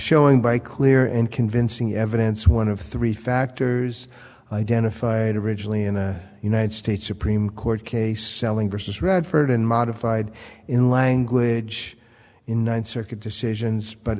showing by clear and convincing evidence one of three factors identified originally in a united states supreme court case selling versus radford and modified in language in one circuit decisions but